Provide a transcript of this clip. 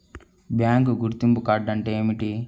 Bank గుర్తింపు card అంటే ఏమిటి?